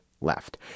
left